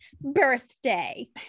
birthday